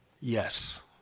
Yes